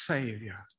Savior